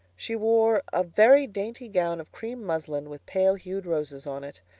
she wore a very dainty gown of cream muslin with pale-hued roses on it.